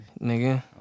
Nigga